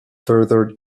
further